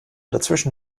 dazwischen